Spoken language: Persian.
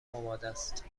آمادست